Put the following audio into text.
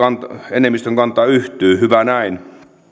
enemmistön kanta yhtyy hyvä näin